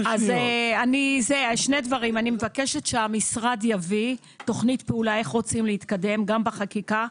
אני מבקשת שהמשרד יביא תוכנית פעולה איך רוצים להתקדם גם בחקיקה,